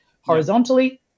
horizontally